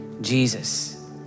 Jesus